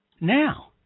now